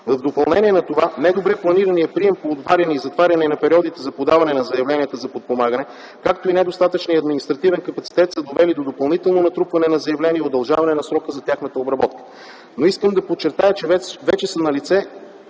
В допълнение на това - добре планираният пример по отваряне и затваряне на периодите за подаване на заявленията за подпомагане, както и недостатъчният административен капацитет, са довели до допълнително натрупване на заявления и удължаване срока за тяхното обработване. Искам да подчертая, че вече са налице